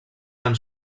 eren